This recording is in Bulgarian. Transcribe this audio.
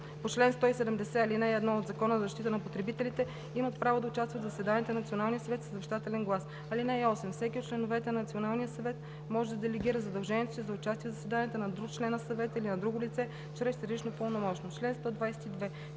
по чл. 170, ал. 1 от Закона за защита на потребителите, имат право да участват в заседанията на Националния съвет със съвещателен глас. (8) Всеки от членовете на Националния съвет може да делегира задължението си за участие в заседанията на друг член на съвета или на друго лице чрез изрично пълномощно.“